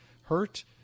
hurt